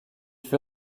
fut